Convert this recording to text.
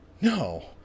No